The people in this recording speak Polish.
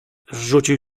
rzucił